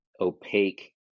opaque